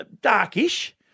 Darkish